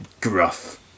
gruff